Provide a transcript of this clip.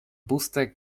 puste